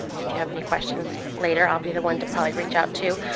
if you have any questions later, i'll be the one to probably reach out to.